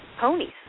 ponies